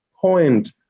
point